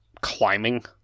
climbing